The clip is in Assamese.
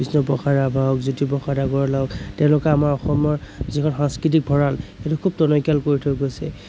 বিষ্ণু প্ৰসাদ ৰাভা হওক জ্য়োতি প্ৰসাদ আগৰৱালাও তেওঁলোক আমাৰ অসমৰ যিখন সাংস্কৃতিক ভঁৰাল সেইটো খুব টনকিয়াল কৰি থৈ গৈছে